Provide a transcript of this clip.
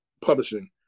Publishing